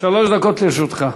שלוש דקות לרשותך.